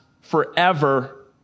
forever